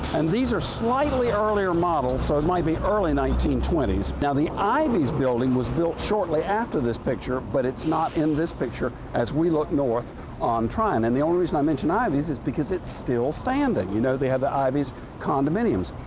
and these are slightly earlier models so it might be early nineteen twenty s. now, the ivey's building was built shortly after this picture, but it's not in this picture as we look north on tryon. and the only reason i mention ivey's is because it's still standing. you know, they have the ivey's condominiums.